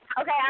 Okay